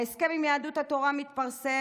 ההסכם עם יהדות התורה מתפרסם,